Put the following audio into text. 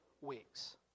weeks